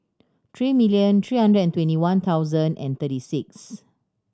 three million three hundred and twenty one thousand and thirty six